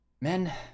Men